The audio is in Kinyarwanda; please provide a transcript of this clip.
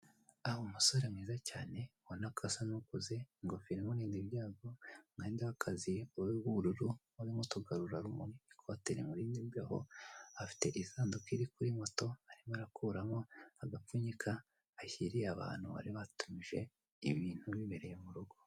Aho umusore mwiza cyane ubona ko asa n'ukuze ingofero imurinda ibyago, umwenda w'akazi w'ubururu urimo utugarurarumuri, ikote rimurinda imbeho, afite isanduku iri kuri moto arimo arakuramo agapfunyika ashyiriye abantu bari batumije ibintu bibereye mu rugo.